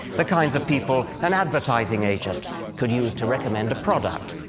the kinds of people an advertising agent could use to recommend a product,